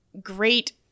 great –